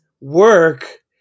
work